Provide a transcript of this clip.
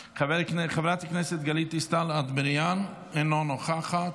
חברת הכנסת גלית דיסטל אטבריאן, אינה נוכחת.